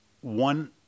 one